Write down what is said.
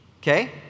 Okay